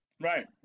Right